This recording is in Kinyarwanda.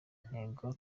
intego